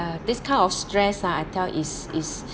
ya this kind of stress ah I tell is is